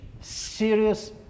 serious